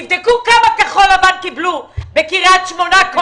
תבדקו כמה קולות כחול לבן קיבלה בקריית שמונה.